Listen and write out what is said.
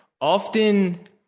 often